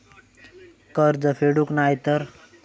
कर्ज फेडूक नाय तर?